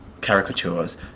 caricatures